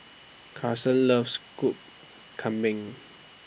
Karson loves School Kambing